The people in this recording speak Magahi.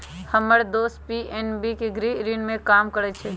हम्मर दोस पी.एन.बी के गृह ऋण में काम करइ छई